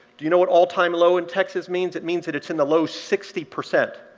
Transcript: do you know what all-time low in texas means? it means that it's in the low sixty percent.